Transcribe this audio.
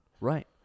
Right